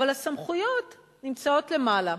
אבל הסמכויות נמצאות למעלה.